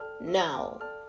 now